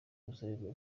busabe